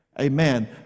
amen